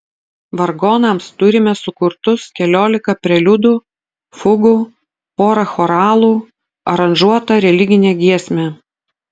vargonams turime sukurtus keliolika preliudų fugų porą choralų aranžuotą religinę giesmę